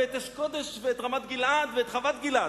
את אש-קודש ואת רמת-גלעד ואת חוות-גלעד.